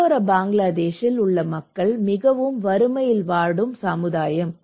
கடலோர பங்களாதேஷில் உள்ள மக்கள் மிகவும் வறுமையில் வாடும் சமுதாயம்